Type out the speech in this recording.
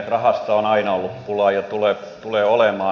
rahasta on aina ollut pula ja tulee olemaan